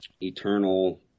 eternal